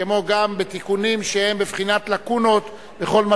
כמו גם בתיקונים שהיו בבחינת לקונות בכל מה